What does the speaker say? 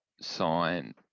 sign